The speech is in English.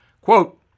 Quote